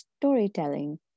storytelling